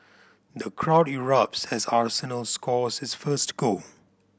the crowd erupts as Arsenal score its first goal